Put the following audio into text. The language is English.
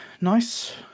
Nice